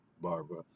barbara